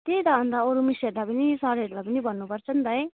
त्यही त अन्त अरू मिसहरूलाई पनि सरहरूलाई पनि भन्नुपर्छ नि त है